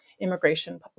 immigration